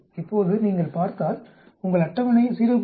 இப்போது நீங்கள் பார்த்தால் உங்கள் அட்டவணை 0